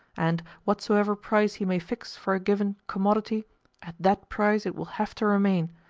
and, whatsoever price he may fix for a given commodity, at that price it will have to remain,